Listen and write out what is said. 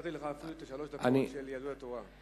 נתתי לך אפילו את שלוש הדקות של יהדות התורה.